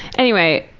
anyway,